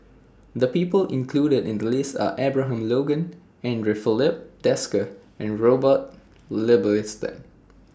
The People included in The list Are Abraham Logan Andre Filipe Desker and Robert Ibbetson